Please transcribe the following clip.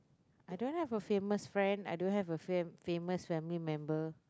I don't have a famous friend I don't have a fam~ famous family member